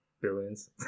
Billions